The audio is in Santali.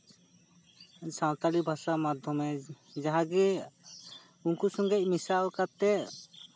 ᱥᱟᱱᱛᱟᱲᱤ ᱯᱟᱹᱨᱥᱤ ᱢᱟᱫᱽᱫᱷᱚᱢᱛᱮ ᱡᱟᱦᱟᱸ ᱜᱮ ᱩᱱᱠᱩ ᱥᱚᱸᱜᱮ ᱢᱮᱥᱟᱞ ᱠᱟᱛᱮ